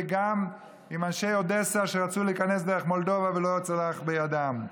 וגם עם אנשי אודסה שרצו להיכנס דרך מולדובה ולא צלח בידם.